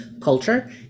Culture